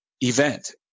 event